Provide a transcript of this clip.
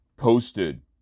Posted